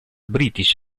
british